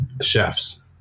chefs